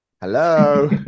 hello